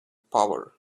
power